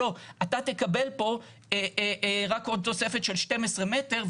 אתה תקבל פה רק עוד תוספת של 12 מטר.